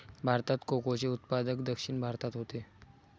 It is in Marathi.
भारतात कोकोचे उत्पादन दक्षिण भारतात होते